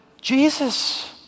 Jesus